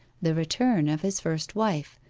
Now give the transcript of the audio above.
the return of his first wife,